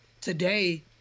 today